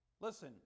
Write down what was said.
Listen